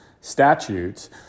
statutes